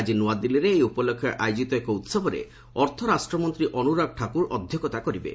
ଆଜି ନୂଆଦିଲ୍ଲୀରେ ଏହି ଉପଲକ୍ଷେ ଆୟୋଜିତ ଏକ ଉହବରେ ଅର୍ଥରାଷ୍ଟ୍ରମନ୍ତ୍ରୀ ଅନୁରାଗ ଠାକୁର ଅଧ୍ୟକ୍ଷତା କରିବେ